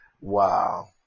wow